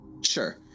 Sure